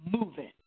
moving